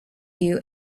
you